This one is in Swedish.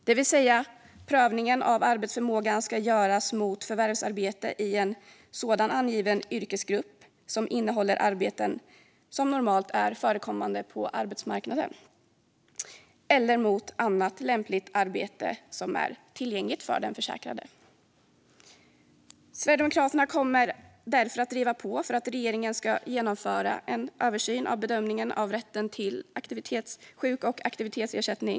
Det vill säga att prövningen av arbetsförmågan ska göras mot förvärvsarbete i en sådan angiven yrkesgrupp som innehåller arbeten som är normalt förekommande på arbetsmarknaden eller mot annat lämpligt arbete som är tillgängligt för den försäkrade. Sverigedemokraterna kommer därför att driva på för att regeringen ska genomföra en översyn av bedömningen av rätten till sjuk och aktivitetsersättning.